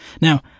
Now